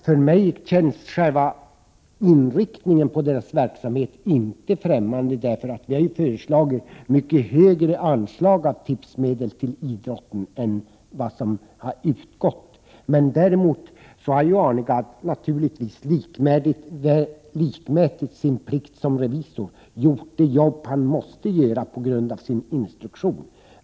För mig känns själva inriktningen av Tipstjänsts verksamhet inte främmande. Vi har föreslagit mycket högre anslag av tipsmedel till idrotten än vad som har utgått. Arne Gadd har naturligtvis, likmätigt sin plikt som revisor, gjort det jobb han måste göra enligt sin instruktion.